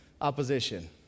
opposition